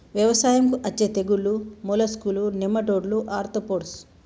వ్యవసాయంకు అచ్చే తెగుల్లు మోలస్కులు, నెమటోడ్లు, ఆర్తోపోడ్స్